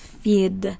feed